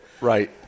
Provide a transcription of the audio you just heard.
Right